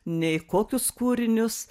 nei kokius kūrinius